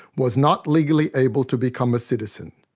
was not legally able to become a citizen.